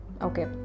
okay